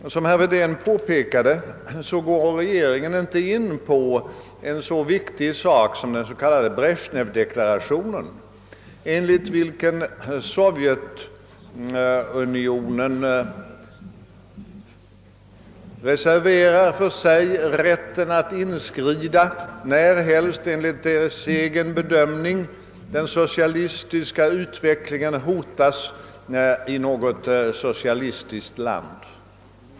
Såsom herr Wedén påpekade går regeringen inte in på en så viktig fråga som den s.k. Bresjnevdoktrinen, enligt vilken Sovjetunionen för sig reserverar rätten att inskrida närhelst enligt dess egen bedömning den socialistiska utvecklingen hotas i något socialistiskt land.